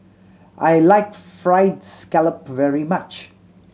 I like Fried Scallop very much